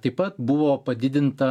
taip pat buvo padidinta